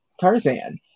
Tarzan